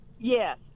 Yes